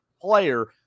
player